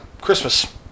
Christmas